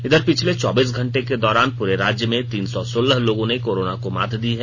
इधर पिछले चौबीस घंटे के दौरान पूरे राज्य में तीन सौ सोलह लोगों ने कोरोना को मात दी है